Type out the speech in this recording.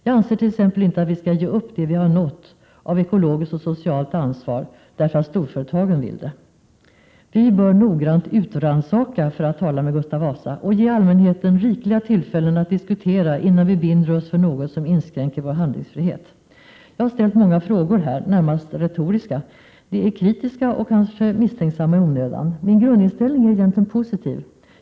Jag anser t.ex. inte att vi skall ge upp det vi har uppnått av ekologiskt och socialt ansvar därför att storföretagen vill det. Vi bör noggrant ”utrannsaka”, för att tala med Gustav Vasa, och ge allmänheten rikliga tillfällen att diskutera, innan vi binder oss för något som inskränker vår handlingsfrihet. Jag har ställt många frågor här, närmast retoriska. De är kritiska och kanske misstänksamma i onödan. Min grundinställning är egentligen positiv.